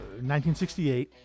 1968